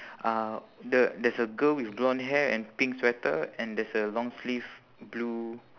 uh the there's a girl with blonde hair and pink sweater and there's a long sleeve blue